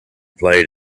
played